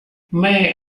may